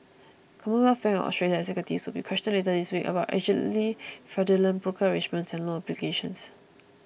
Commonwealth Bank of Australia executives will be questioned later this week about allegedly fraudulent broker arrangements and loan applications